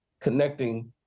connecting